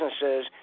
businesses